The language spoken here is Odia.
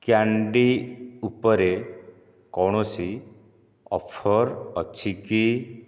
କ୍ୟାଣ୍ଡି ଉପରେ କୌଣସି ଅଫର୍ ଅଛି କି